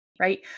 right